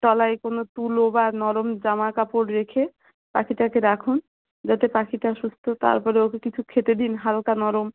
তলায় কোনও তুলো বা নরম জামা কাপড় রেখে পাখিটাকে রাখুন যাতে পাখিটা সুস্থ তারপরে ওকে কিছু খেতে দিন হালকা নরম